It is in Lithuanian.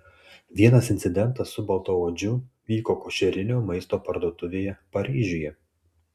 vienas incidentas su baltaodžiu vyko košerinio maisto parduotuvėje paryžiuje